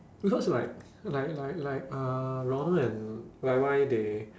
because like like like like uh ronald and Y_Y they